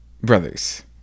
Brothers